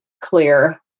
clear